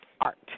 art